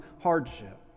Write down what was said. hardship